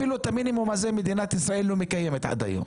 אפילו את המינימום הזה מדינת ישראל לא מקיימת עד היום.